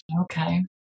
Okay